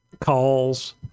calls